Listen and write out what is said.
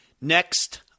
Next